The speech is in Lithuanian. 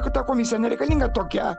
kad ta komisija nereikalinga tokia